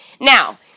Now